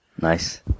Nice